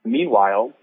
Meanwhile